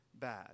bad